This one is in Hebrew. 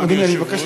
אדוני היושב-ראש,